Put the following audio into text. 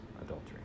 adultery